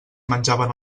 menjaven